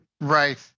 Right